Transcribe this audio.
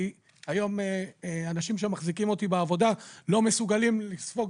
היום האנשים שמחזיקים אותי בעבודה לא מסוגלים לספוג